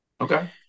Okay